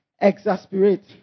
exasperate